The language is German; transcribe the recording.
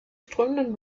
strömenden